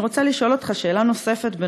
אני רוצה לשאול אותך שאלה נוספת,